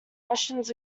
russians